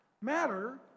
Matter